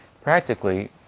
practically